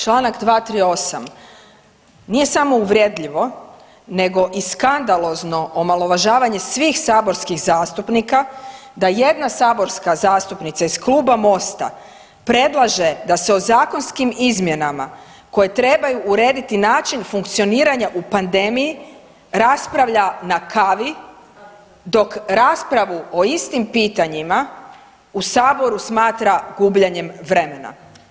Čl. 238, nije samo uvredljivo nego i skandalozno omalovažavanje svih saborskih zastupnika da jedna saborska zastupnica iz Kluba Mosta predlaže da se o zakonskim izmjenama koje trebaju urediti način funkcioniranja u pandemiji, raspravlja na kavi dok raspravu o istim pitanjima u Saboru smatra gubljenjem vremena.